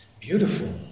beautiful